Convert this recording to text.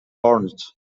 barnett